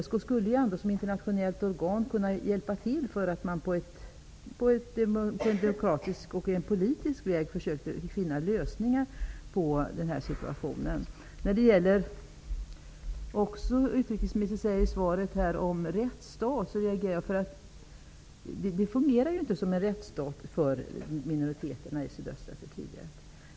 Såsom ett internationellt organ skulle ESK kunna hjälpa till för att på diplomatisk och politisk väg försöka finna lösningar på situationen. I sitt svar talar utrikesministern om en ''rättsstat''. Men Turkiet fungerar inte såsom en rättsstat för minoriteterna i sydöstra Turkiet.